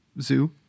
zoo